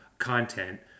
content